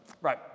Right